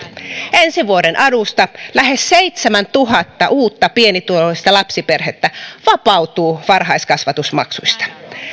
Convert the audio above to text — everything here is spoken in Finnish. ensi vuoden alusta lähes seitsemäntuhatta uutta pienituloista lapsiperhettä vapautuu varhaiskasvatusmaksuista